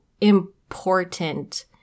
important